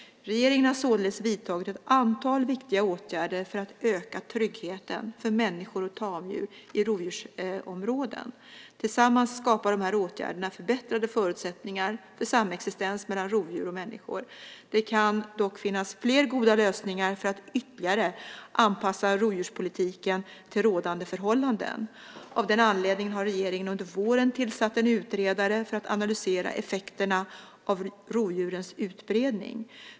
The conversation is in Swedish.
Regeringen har således vidtagit ett antal viktiga åtgärder för att öka tryggheten för människor och tamdjur i rovdjursområden. Tillsammans skapar de här åtgärderna förbättrade förutsättningar för samexistens mellan rovdjur och människor. Det kan dock finnas fler goda lösningar för att ytterligare anpassa rovdjurspolitiken till rådande förhållanden. Av den anledningen har regeringen under våren tillsatt en utredare för att analysera effekterna av rovdjurens utbredning.